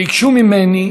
ביקשו ממני,